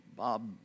Bob